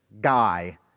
guy